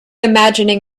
imagining